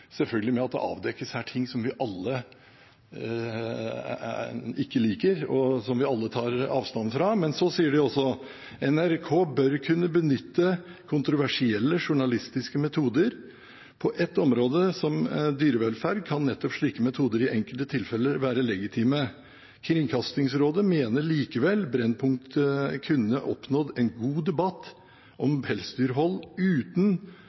selvfølgelig med at det her avdekkes ting som vi alle ikke liker, og som vi alle tar avstand fra, men så sier de også: «NRK bør kunne benytte kontroversielle journalistiske metoder. På et område som dyrevelferd kan nettopp slike metoder i enkelte tilfeller være legitime. Kringkastingsrådet mener likevel Brennpunkt kunne oppnådd en god debatt om pelsdyrhold uten